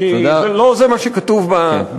כי לא זה מה שכתוב, נכון.